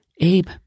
Abe